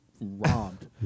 robbed